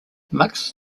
max